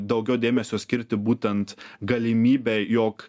daugiau dėmesio skirti būtent galimybei jog